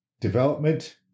development